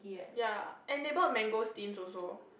ya and they bought mangosteens also